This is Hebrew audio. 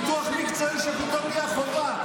ביטוח מקצועי שפתאום נהיה חובה,